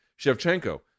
shevchenko